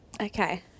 Okay